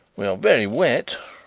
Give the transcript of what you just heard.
we are very wet.